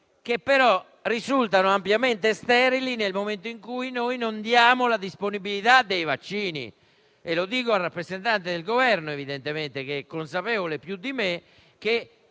che però risultano ampiamente sterili nel momento in cui noi non diamo la disponibilità dei vaccini. Mi rivolgo al rappresentante del Governo, consapevole più di me che